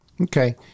Okay